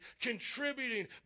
contributing